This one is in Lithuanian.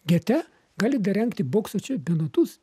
gete gali dar rengti bokso čempionatus